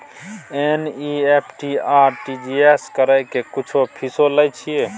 NEFT आ RTGS करै के कुछो फीसो लय छियै?